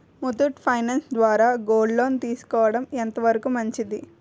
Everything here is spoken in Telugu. ముత్తూట్ ఫైనాన్స్ ద్వారా గోల్డ్ లోన్ తీసుకోవడం ఎంత వరకు మంచిది?